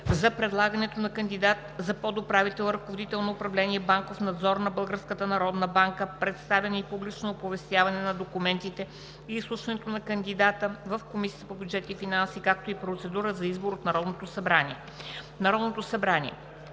за предлагането на кандидат за подуправител – ръководител на управление „Банков надзор“ на Българската народна банка, представяне и публично оповестяване на документите и изслушването на кандидата в Комисията по бюджет и финанси, както и процедурата за избор от Народното събрание